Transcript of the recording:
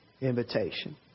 invitation